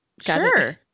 Sure